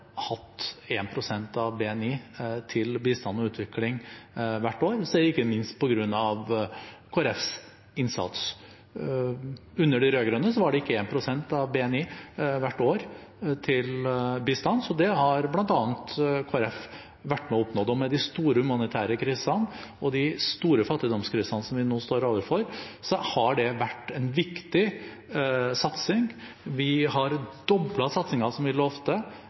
hatt 1 pst. av BNI til bistand og utvikling hvert år, er det ikke minst på grunn av Kristelig Folkepartis innsats. Under de rød-grønne var det ikke 1 pst. av BNI hvert år til bistand, så det har bl.a. Kristelig Folkeparti vært med på å oppnå. Med de store humanitære krisene og de store fattigdomskrisene som vi nå står overfor, har det vært en viktig satsing. Vi har doblet satsingen innenfor utdanning, som vi lovte.